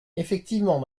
effectivement